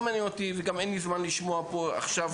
לא מעניין אותי וגם אין לי זמן לשמוע פה עכשיו,